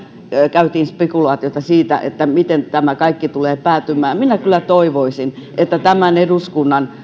käytiin spekulaatiota siitä miten tämä kaikki tulee päättymään minä kyllä toivoisin kun eduskunnan